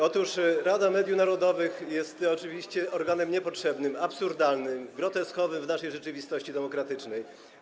Otóż Rada Mediów Narodowych jest oczywiście organem niepotrzebnym, absurdalnym, groteskowym w naszej rzeczywistości demokratycznej.